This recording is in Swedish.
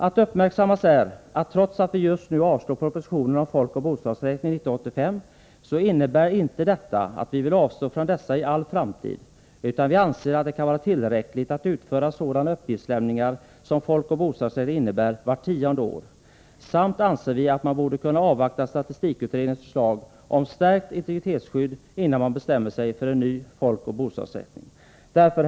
Att uppmärksamma är, att trots att vi just nu avstyrker propositionen om folkoch bostadsräkning 1985, innebär inte detta att vi vill avstå från folkoch bostadsräkningar i all framtid, utan vi anser att det kan vara tillräckligt att utföra sådana uppgiftsinsamlingar vart tionde år, och vi anser dessutom att man borde kunna avvakta statistikutredningens förslag om stärkt integritetsskydd, innan man bestämmer sig för en ny folkoch bostadsräkning. Herr talman!